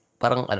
parang